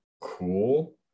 Cool